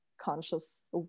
conscious